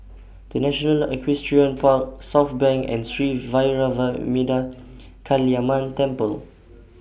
The National Equestrian Park Southbank and Sri Vairavimada Kaliamman Temple